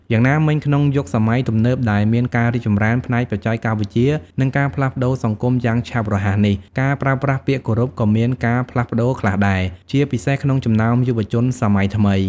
យ៉ាងណាមិញ ក្នុងយុគសម័យទំនើបដែលមានការរីកចម្រើនផ្នែកបច្ចេកវិទ្យា និងការផ្លាស់ប្ដូរសង្គមយ៉ាងឆាប់រហ័សនេះ ការប្រើប្រាស់ពាក្យគោរពក៏មានការផ្លាស់ប្ដូរខ្លះដែរ ជាពិសេសក្នុងចំណោមយុវជនសម័យថ្មី។